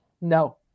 No